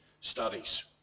studies